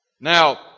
Now